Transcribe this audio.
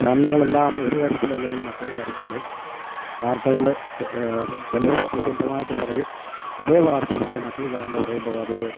ചാനലുകളെല്ലാം ഒരു തരത്തിലല്ലെങ്കിൽ മറ്റൊരു തരത്തിൽ വാർത്തകൾ ചിലർ സത്യസന്ധമായിട്ട് പറയും അതേ വാർത്ത തന്നെ മറ്റൊരു ചാനല് പറയുമ്പോൾ അത്